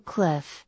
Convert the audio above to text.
Cliff